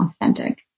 authentic